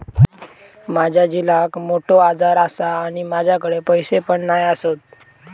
माझ्या झिलाक मोठो आजार आसा आणि माझ्याकडे पैसे पण नाय आसत